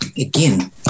again